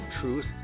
Truth